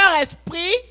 esprit